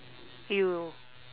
you